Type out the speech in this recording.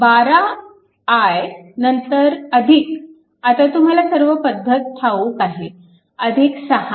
12 i नंतर आता तुम्हाला सर्व पद्धत ठाऊक आहे 6